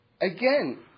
Again